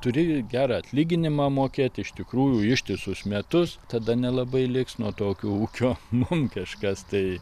turi gerą atlyginimą mokėt iš tikrųjų ištisus metus tada nelabai liks nuo tokio ūkio mum kažkas tai